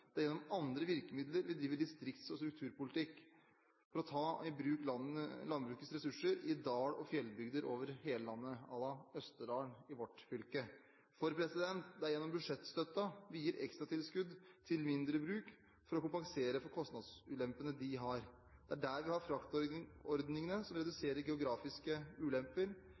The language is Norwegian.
Det er gjennom andre virkemidler vi driver distrikts- og strukturpolitikk for å ta i bruk landbrukets ressurser i dal- og fjellbygder over hele landet, à la Østerdalen i vårt fylke. Det er gjennom budsjettstøtten vi gir ekstratilskudd til mindre bruk for å kompensere for kostnadsulempene de har. Det er der vi har fraktordningene som reduserer geografiske ulemper,